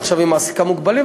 ועכשיו היא מעסיקה מוגבלים,